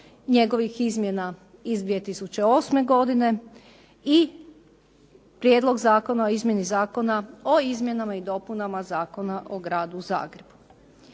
njegovih izmjena iz 2008. godine i Prijedlog zakona o izmjeni zakona o izmjenama i dopunama Zakona o Gradu Zagrebu.